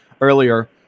earlier